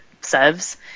serves